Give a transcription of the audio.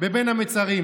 בבין המצרים.